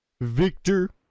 Victor